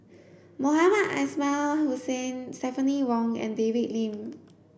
Mohamed Ismail Hussain Stephanie Wong and David Lim